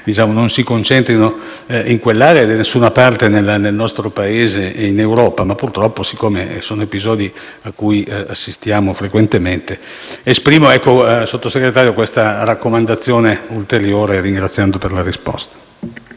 non si concentrino in quell'area e in nessuna parte del nostro Paese e in Europa, ma purtroppo sono episodi cui assistiamo frequentemente. Pertanto, signor Sottosegretario, esprimo questa raccomandazione ulteriore ringraziandola per la risposta.